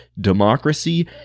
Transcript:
democracy